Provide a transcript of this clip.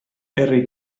herri